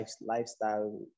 lifestyle